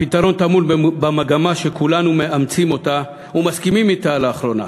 הפתרון טמון במגמה שכולנו מאמצים ומסכימים אתה לאחרונה,